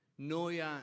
Noia